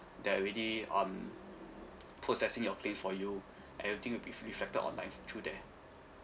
they are already um processing your claims for you everything will be f~ reflected online through there